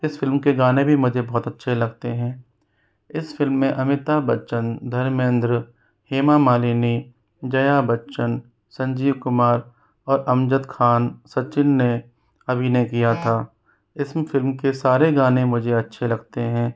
इस फ़िल्म के गाने भी मुझे बहुत अच्छे लगते हैं इस फ़िल्म में अमिताभ बच्चन धर्मेन्द्र हेमा मालिनी जया बच्चन संजीव कुमार और अमजद खान सचिन ने अभिनय किया था इस फ़िल्म के सारे गाने मुझे अच्छे लगते हैं